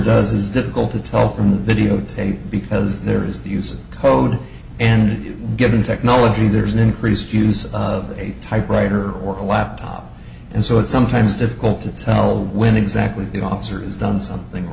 does is difficult to tell from the videotape because there is the use of code and given technology there's an increased use of a typewriter or a laptop and so it's sometimes difficult to tell when exactly the officer is done something or